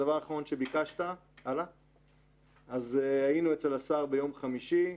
הדבר האחרון שביקשת היינו אצל השר ביום חמישי.